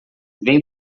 vem